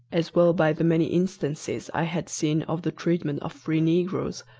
as well by the many instances i had seen of the treatment of free negroes,